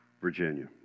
Virginia